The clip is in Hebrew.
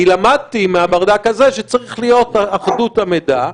למדתי מהברדק הזה שצריכה להיות אחדות המידע.